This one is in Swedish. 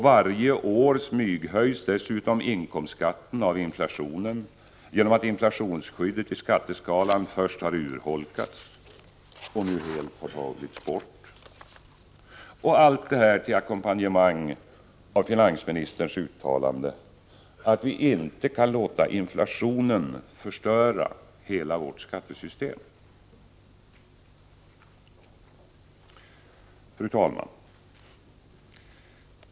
Varje år smyghöjs dessutom inkomstskatten av inflationen genom att inflationsskyddet i skatteskalan först urholkats och nu helt tagits bort — allt detta till ackompanjemang av finansministerns uttalande att vi inte kan låta inflationen förstöra hela vårt skattesystem. Fru talman!